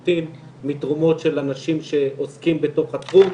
מתרומות של אנשים שעוסקים בתוך התחום,